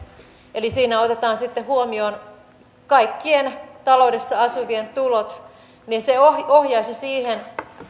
eli siinä otetaan sitten huomioon kaikkien taloudessa asuvien tulot niin se ohjaisi siihen